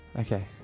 Okay